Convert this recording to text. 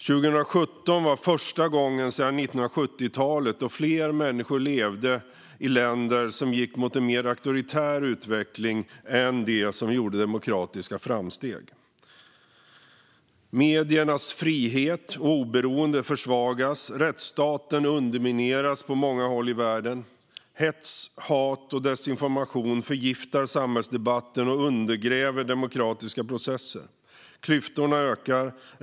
År 2017 var första gången sedan 1970-talet då fler människor levde i länder som gick mot en mer auktoritär utveckling än i länder som gjorde demokratiska framsteg. Mediernas frihet och beroende försvagas, rättsstaten undermineras på många håll i världen och hets, hat och desinformation förgiftar samhällsdebatten och undergräver demokratiska processer. Klyftorna ökar.